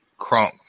crunk